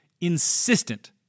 insistent